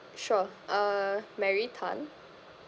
sure uh mary tan